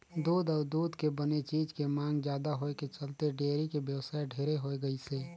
दूद अउ दूद के बने चीज के मांग जादा होए के चलते डेयरी के बेवसाय ढेरे होय गइसे